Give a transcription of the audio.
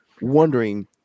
wondering